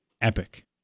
epic